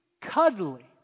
cuddly